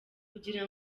kugira